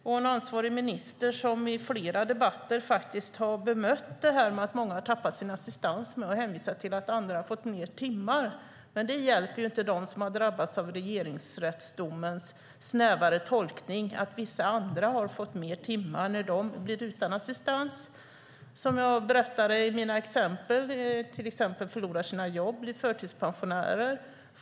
Det är en ansvarig minister som i flera debatter faktiskt har bemött det faktum att många har förlorat sin assistans med att hänvisa till att andra har fått fler timmar. Men det hjälper inte dem som har drabbats av regeringsrättsdomens snävare tolkning och blivit utan assistans att vissa andra har fått fler timmar, som jag berättade om. De förlorar kanske sina jobb och blir förtidspensionärer.